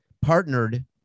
partnered